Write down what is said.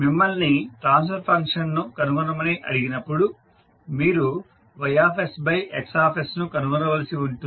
మిమ్మల్ని ట్రాన్స్ఫర్ ఫంక్షన్ను కనుగొనమని అడిగినప్పుడు మీరు YXను కనుగొనవలసి ఉంది